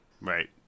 Right